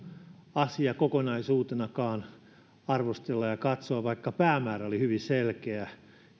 asia kokonaisuutenakaan arvostella ja katsoa vaikka päämäärä oli hyvin selkeä